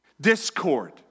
Discord